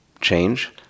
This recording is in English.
change